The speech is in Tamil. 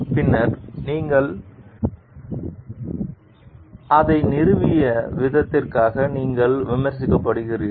பின்னர் நீங்கள் அதை நிறுவிய விதத்திற்காக நீங்கள் விமர்சிக்கப்படுகிறீர்கள்